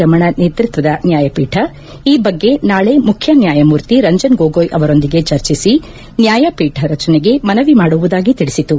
ರಮಣ ನೇತೃತ್ವದ ನ್ನಾಯಪೀಠ ಈ ಬಗ್ಗೆ ನಾಳೆ ಮುಖ್ಯನ್ನಾಯಮೂರ್ತಿ ರಂಜನ್ ಗೋಗೊಯ್ ಅವರೊಂದಿಗೆ ಚರ್ಚಿಸಿ ನ್ಯಾಯಪೀಠ ರಚನೆಗೆ ಮನವಿ ಮಾಡುವುದಾಗಿ ತಿಳಿಸಿತು